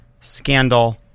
scandal